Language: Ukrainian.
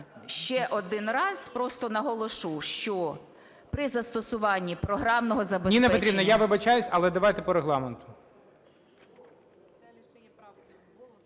ще один раз просто наголошу, що при застосуванні програмного забезпечення… ГОЛОВУЮЧИЙ. Ніна Петрівна, я вибачаюся, але давайте по Регламенту.